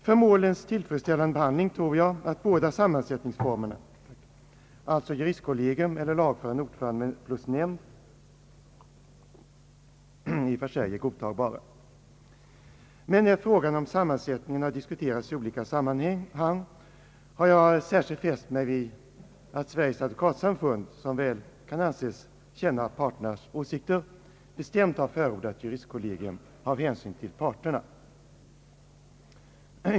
För målens tillfredsställande behandling tror jag att båda sammansättnings formerna, alltså juristkollegium eller lagfaren ordförande plus nämnd, i och för sig är godtagbara. Men när frågan om sammansättningen har diskuterats i olika sammanhang har jag särskilt fäst mig vid att Sveriges Advokatsamfund, som väl kan anses känna parternas åsikter, bestämt har förordat juristkollegium av hänsyn till parterna.